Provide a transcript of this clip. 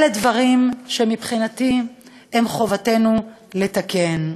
אלה דברים שמבחינתי חובתנו לתקן.